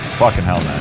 fucking hell